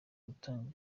gutanga